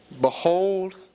Behold